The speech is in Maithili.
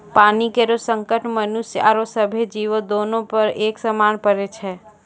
पानी केरो संकट मनुष्य आरो सभ्भे जीवो, दोनों पर एक समान पड़ै छै?